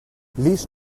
least